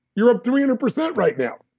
you're up three hundred percent right now.